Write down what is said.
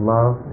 Love